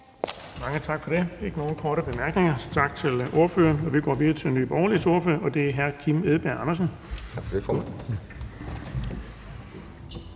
Mange tak for det. Der er ikke nogen korte bemærkninger. Tak til ordføreren. Vi går videre til Nye Borgerliges ordfører, og det er hr. Kim Edberg Andersen.